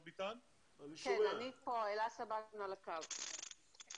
אזולאי ואנשים טובים מסביבנו הצלחנו להגיע לישראל,